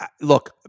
Look